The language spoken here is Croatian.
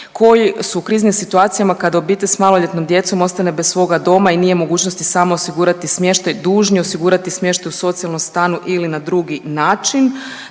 koji su u kriznim situacijama kada obitelj sa maloljetnom djecom ostane bez svoga doma i nije u mogućnosti sam osigurati smještaj dužni osigurati smještaj u socijalnom stanu ili na drugi način.